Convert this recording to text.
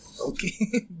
Okay